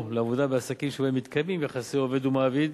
לעבודה בעסקים שבהם מתקיימים יחסי עובד ומעביד